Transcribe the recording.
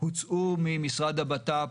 הוצאו ממשרד הבט"פ,